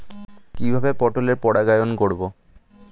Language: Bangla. কিভাবে পটলের পরাগায়ন করব?